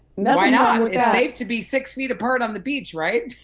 that. why not? it's safe to be six feet apart on the beach, right?